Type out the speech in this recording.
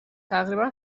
تقریبا